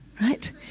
right